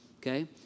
Okay